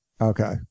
okay